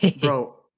Bro